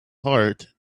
heart